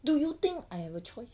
do you think I have a choice